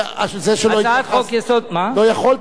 לא יכולתם, כי אתה לא רוצה להיות שר.